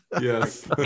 Yes